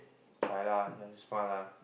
cry lah you want to smile lah